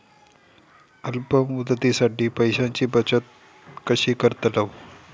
अल्प मुदतीसाठी पैशांची बचत कशी करतलव?